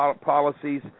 policies